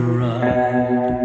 ride